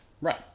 Right